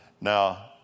Now